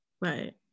right